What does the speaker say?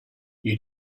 you